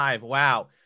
wow